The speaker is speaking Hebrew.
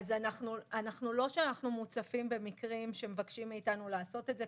זה לא שאנחנו מוצפים במקרים שמבקשים מאתנו לעשות את זה.